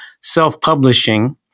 self-publishing